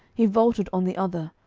he vaulted on the other,